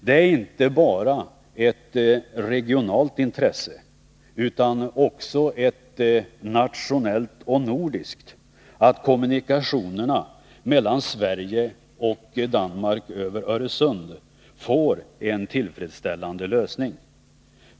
Det är inte bara ett regionalt intresse, utan också ett nationellt och nordiskt, att kommunikationerna mellan Sverige och Danmark över Öresund får en tillfredsställande lösning.